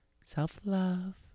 self-love